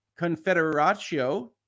confederatio